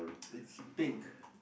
it's pink